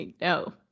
No